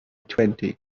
twenty